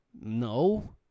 No